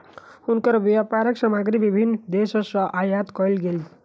हुनकर व्यापारक सामग्री विभिन्न देस सॅ आयात कयल गेल